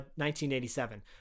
1987